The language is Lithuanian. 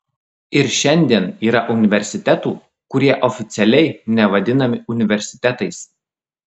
ir šiandien yra universitetų kurie oficialiai nevadinami universitetais